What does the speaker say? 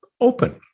open